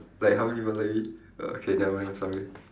like how many people like me err okay never mind I'm sorry